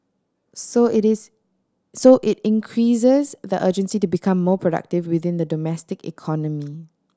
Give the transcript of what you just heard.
so it is so it increases the urgency to become more productive within the domestic economy